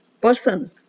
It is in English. person